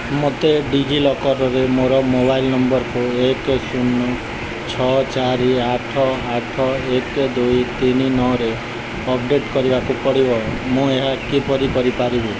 ମୋତେ ଡିଜିଲକର୍ରେ ମୋର ମୋବାଇଲ୍ ନମ୍ବର୍କୁ ଏକ ଶୂନ ଛଅ ଚାରି ଆଠ ଆଠ ଏକ ଦୁଇ ତିନି ନଅରେ ଅପଡେଟ୍ କରିବାକୁ ପଡ଼ିବ ମୁଁ ଏହା କିପରି କରିପାରିବି